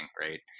right